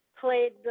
played